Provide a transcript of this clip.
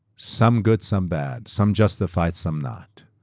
some good, some bad, some justified, some not.